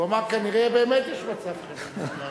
הוא אמר: כנראה באמת יש מצב חירום.